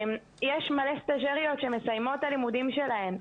יש מלא סטאז'ריות שהן מסיימות את הלימודים שלהן.